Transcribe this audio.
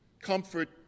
comfort